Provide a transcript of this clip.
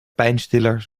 pijnstiller